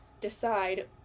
decide